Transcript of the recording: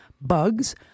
bugs